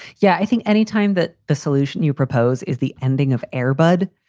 yeah. i think anytime that the solution you propose is the ending of earbud,